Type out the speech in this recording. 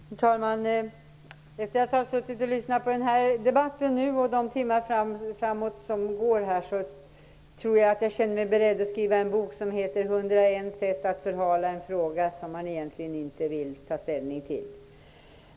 Herr talman! Efter att ha suttit och lyssnat på debatten och med tanke på de timmar som kommer tror jag att jag känner mig beredd att skriva en bok som heter 101 sätt att förhala en fråga som man egentligen inte vill ta ställning till.